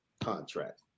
contract